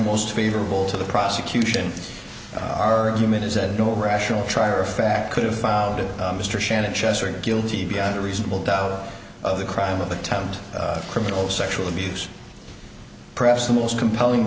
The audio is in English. most favorable to the prosecution argument is that no rational trial or fact could have found it mr shannon chesser guilty beyond a reasonable doubt of the crime of the town criminal sexual abuse perhaps the most compelling